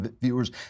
viewers